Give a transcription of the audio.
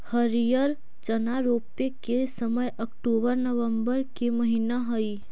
हरिअर चना रोपे के समय अक्टूबर नवंबर के महीना हइ